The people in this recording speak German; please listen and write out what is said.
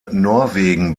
norwegen